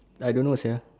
I don't know say what